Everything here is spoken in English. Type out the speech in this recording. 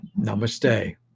namaste